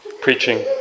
Preaching